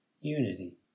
unity